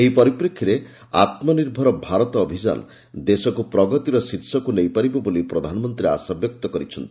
ଏହି ପରିପ୍ରେକ୍ଷୀରେ ଆତ୍ମନିର୍ଭର ଭାରତ ଅଭିଯାନ ଦେଶକୁ ପ୍ରଗତିର ଶୀର୍ଷକୁ ନେଇ ପାରିବ ବୋଲି ପ୍ରଧାନମନ୍ତ୍ରୀ ଆଶାବ୍ୟକ୍ତ କରିଛନ୍ତି